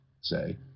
say